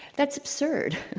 that's absurd.